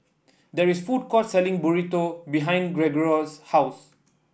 there is a food court selling Burrito behind Gregorio's house